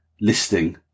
listing